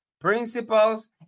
Principles